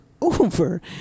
over